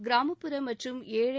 கிராமப்புற மற்றம் ஏழை